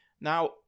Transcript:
Now